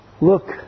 look